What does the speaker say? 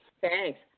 Thanks